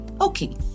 Okay